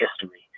history